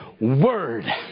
Word